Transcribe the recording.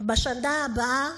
"בשנה הבאה"